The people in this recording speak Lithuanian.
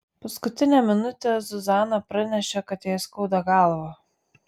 paskutinę minutę zuzana pranešė kad jai skauda galvą